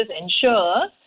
ensure